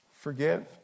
Forgive